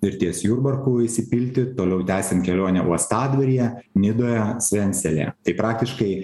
ir ties jurbarku įsipilti toliau tęsiant kelionę uostadvaryje nidoje svenselėje tai praktiškai